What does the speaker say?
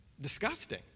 Disgusting